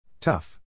Tough